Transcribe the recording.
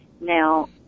Now